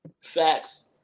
Facts